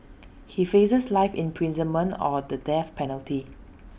he faces life imprisonment or the death penalty